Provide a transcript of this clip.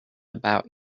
about